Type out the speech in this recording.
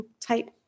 type